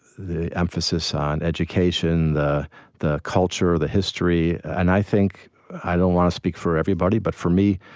the emphasis on education, the the culture, the history. and i think i don't want to speak for everybody, but for me,